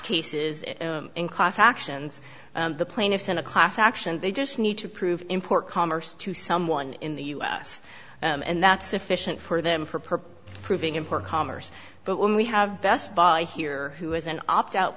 cases it in class actions the plaintiffs in a class action they just need to prove import commerce to someone in the us and that's sufficient for them for per proving import commerce but when we have best buy here who has an opt out